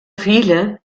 viele